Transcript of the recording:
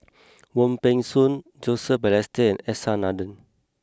Wong Peng Soon Joseph Balestier S R Nathan